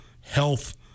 health